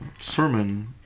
sermon